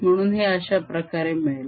म्हणून हे अश्याप्रकारे मिळेल